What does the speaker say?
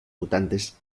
mutantes